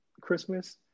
Christmas